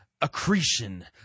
accretion